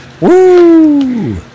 Woo